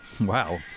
Wow